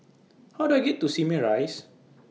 How Do I get to Simei Rise